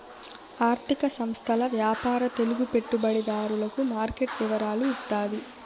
ఆర్థిక సంస్థల వ్యాపార తెలుగు పెట్టుబడిదారులకు మార్కెట్ వివరాలు ఇత్తాది